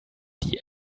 die